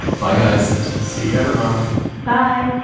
bye, guys. see you every month. bye